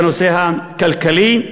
בנושא הכלכלי,